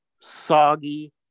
soggy